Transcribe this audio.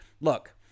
Look